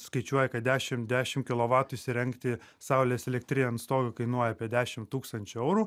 skaičiuoja kad dešim dešim kilovatų įsirengti saulės elektrinę ant stogo kainuoja apie dešim tūkstančių eurų